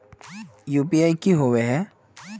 UPI की होबे है?